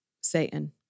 Satan